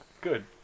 good